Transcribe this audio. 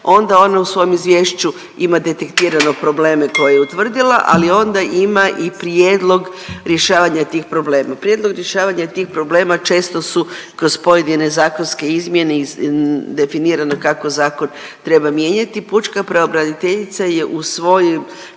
onda ona u svom izvješću ima detektirano probleme koje je utvrdila, ali onda ima i prijedlog rješavanja tih problema. Prijedlog rješavanja tih problema često su kroz pojedine zakonske izmjene definirano kako zakon treba mijenjati. Pučka pravobraniteljica je u svojim